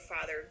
father